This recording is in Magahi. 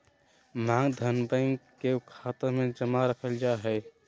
मांग धन, बैंक के खाता मे जमा रखल जा हय